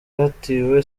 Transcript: hatahiwe